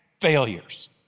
failures